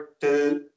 till